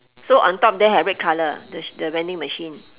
so on top there have red colour the the vending machine